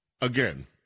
Again